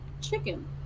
chicken